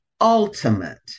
ultimate